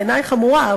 בעיני חמורה,